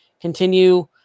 continue